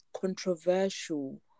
controversial